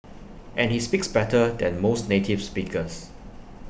and he speaks better than most native speakers